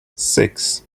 six